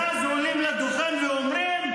ואז עולים לדוכן ואומרים,